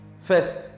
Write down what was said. first